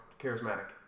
charismatic